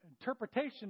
interpretation